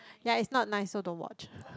yea it's not nice so don't watch